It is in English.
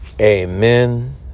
Amen